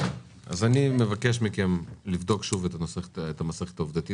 אני מבקש מכם לבדוק שוב את המסכת העובדתית,